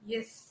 Yes